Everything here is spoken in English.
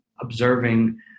observing